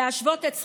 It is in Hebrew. להשוות את שכרן.